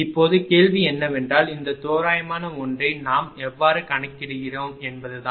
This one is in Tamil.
இப்போது கேள்வி என்னவென்றால் இந்த தோராயமான ஒன்றை நாம் எவ்வாறு கணக்கிடுகிறோம் என்பதுதான்